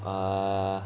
err